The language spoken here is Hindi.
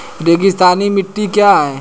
रेगिस्तानी मिट्टी क्या है?